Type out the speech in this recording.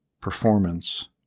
performance